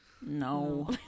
No